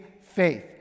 faith